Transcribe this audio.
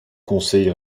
conseil